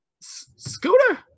Scooter